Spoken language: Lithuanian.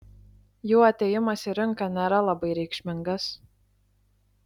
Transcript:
jų atėjimas į rinką nėra labai reikšmingas